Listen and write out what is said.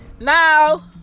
Now